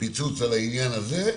פיצוץ על העניין הזה,